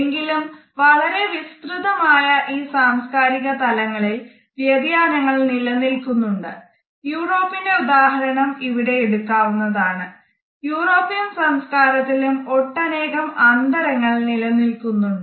എങ്കിലും വളരെ വിസ്തൃതമായ ഈ സാംസ്കാരിക തലങ്ങളിൽ വ്യതിയാനങ്ങൾ നിലനിൽക്കുന്നുണ്ട് യൂറോപ്പിന്റെ ഉദാഹരണം ഇവിടെ എടുക്കാവുന്നതാണ് യൂറോപ്യൻ സംസ്കാരത്തിലും ഒട്ടനേകം അന്തരങ്ങൾ നിലനിൽക്കുന്നുണ്ട്